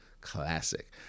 classic